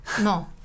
no